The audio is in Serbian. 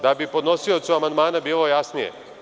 Da bi podnosiocu amandmana bilo jasnije.